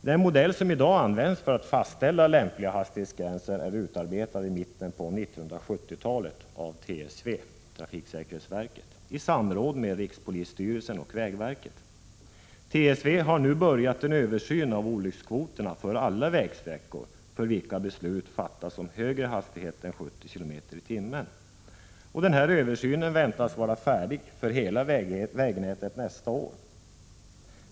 Den modell som i dag används för att fastställa lämpliga hastighetsgränser är utarbetad i mitten på 1970-talet av TSV, trafiksäkerhetsverket, i samråd med rikspolisstyrelsen och vägverket. TSV har nu börjat en översyn av olyckskvoterna för alla vägsträckor för vilka beslut fattats om högre hastighet än 70 km/tim. Den här översynen väntas vara färdig för hela vägnätet nästa år.